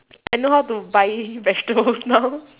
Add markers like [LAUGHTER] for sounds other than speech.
I know how to buy vegetables [LAUGHS] now